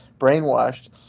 brainwashed